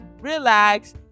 relax